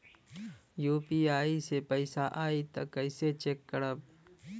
UPI से पैसा आई त कइसे चेक करब?